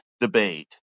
debate